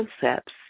concepts